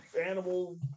animal